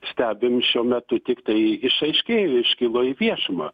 stebim šiuo metu tiktai išaiškėjo iškilo į viešumą